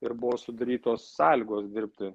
ir buvo sudarytos sąlygos dirbti